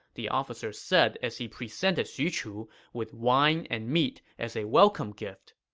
the officer said as he presented xu chu with wine and meat as a welcome gift.